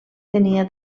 tenia